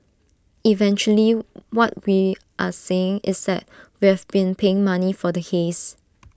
eventually what we are saying is that we have been paying money for the haze